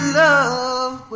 love